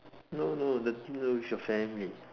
no no the dinner with your family